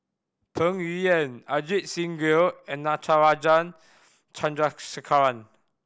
Peng Yuyun Ajit Singh Gill and Natarajan Chandrasekaran